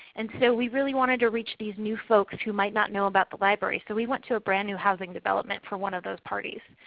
and so we really wanted to reach these new folks who might not know about the library. so we went to a brand-new housing development for one of those parties.